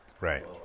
Right